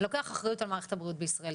לוקח אחריות על מערכת הבריאות בישראל.